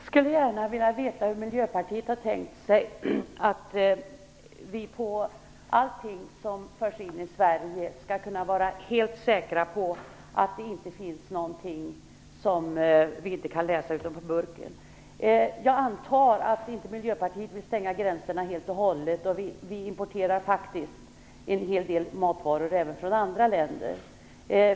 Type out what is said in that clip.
Fru talman! Jag skulle gärna vilja veta hur Miljöpartiet har tänkt sig att vi skall kunna vara helt säkra på att det i allting som förs in i Sverige inte finns någonting som vi inte kan läsa utanpå burken. Jag antar att Miljöpartiet inte vill stänga gränserna helt och hållet. Vi importerar faktiskt en hel del matvaror även från andra länder.